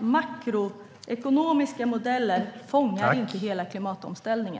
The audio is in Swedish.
Makroekonomiska modeller fångar inte hela klimatomställningen.